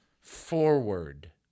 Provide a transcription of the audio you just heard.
Forward